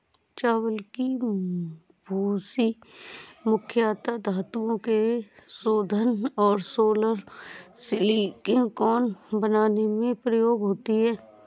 चावल की भूसी मुख्यता धातुओं के शोधन और सोलर सिलिकॉन बनाने में प्रयोग होती है